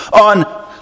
on